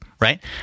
Right